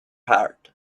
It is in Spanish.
heart